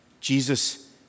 Jesus